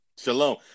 Shalom